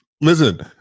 listen